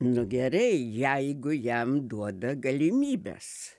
nu gerai jeigu jam duoda galimybes